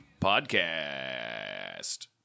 Podcast